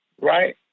Right